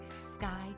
sky